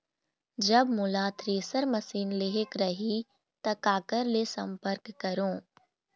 जब मोला thresher machine लेहेक रही ता काकर ले संपर्क करों?